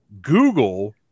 Google